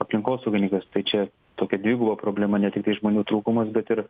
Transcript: aplinkosaugininkas tai čia tokia dviguba problema ne tiktai žmonių trūkumas bet ir